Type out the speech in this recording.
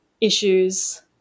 issues